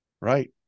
Right